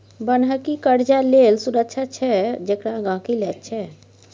बन्हकी कर्जाक लेल सुरक्षा छै जेकरा गहिंकी लैत छै